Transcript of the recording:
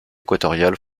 équatoriale